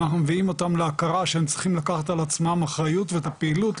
אנחנו מביאים אותם להכרה שהם צריכים לקחת על עצמם אחריות ואת הפעילות,